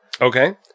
Okay